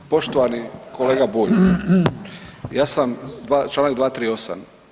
Poštovani kolega Bulj ja sam, članak 238.